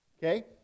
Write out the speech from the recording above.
Okay